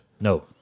No